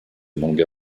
manga